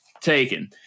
taken